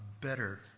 better